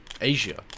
Asia